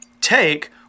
take